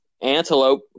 antelope